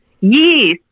yes